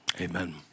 Amen